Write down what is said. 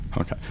okay